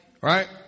right